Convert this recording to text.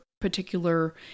particular